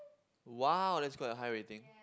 !wow! that's quite a high rating